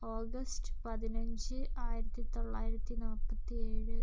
August പതിനഞ്ച് ആയിരത്തി തൊള്ളായിരത്തി നാൽപ്പത്തിയേഴ്